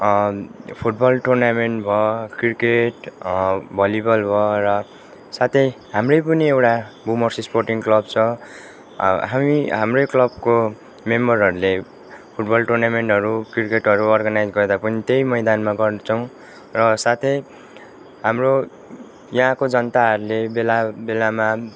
football tournament भयो cricket volleyball भयो र साथै हाम्रै पनि एउटा हुमर्स इस्पोर्टिङ क्लब छ हामी हाम्रै क्लबको मेम्बरहरूले फुटबल टुर्नामेन्टहरू क्रिकेटहरू अर्गनाइज गर्दा पनि त्यही मैदानमा गर्छौँ र साथै हाम्रो यहाँको जनताहरूले बेला बेलामा